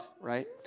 right